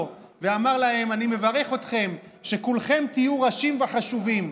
ואמר להם: אני מברך אתכם שכולכם תהיו ראשים וחשובים,